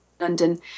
London